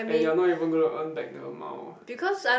and you're not even going to earn back the amount